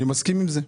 אני מסכים לזה.